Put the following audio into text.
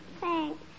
Thanks